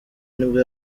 nibwo